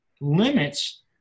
limits